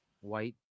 white